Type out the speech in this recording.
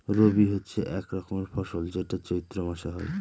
রবি হচ্ছে এক রকমের ফসল যেটা চৈত্র মাসে হয়